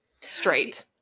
straight